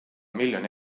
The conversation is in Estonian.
miljoni